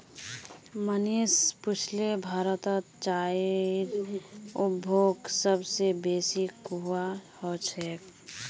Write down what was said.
मनीष पुछले भारतत चाईर उपभोग सब स बेसी कुहां ह छेक